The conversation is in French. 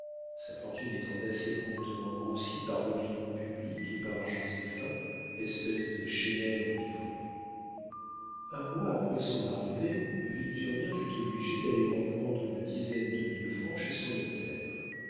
sa fortune étant assez promptement grossie par l'opinion publique et par joséphin espèce de chesnel en livrée un mois après son arrivée victurnien fut obligé d'aller reprendre une dizaine de mille francs chez son notaire